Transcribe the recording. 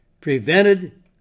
prevented